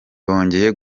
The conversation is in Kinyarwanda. bongeye